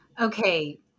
Okay